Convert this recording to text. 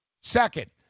Second